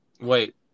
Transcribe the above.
Wait